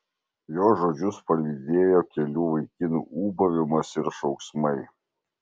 jo žodžius palydėjo kelių vaikinų ūbavimas ir šauksmai